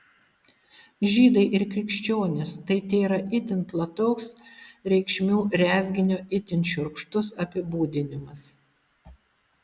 žydai ir krikščionys tai tėra itin plataus reikšmių rezginio itin šiurkštus apibūdinimas